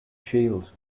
shield